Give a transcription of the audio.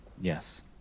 Yes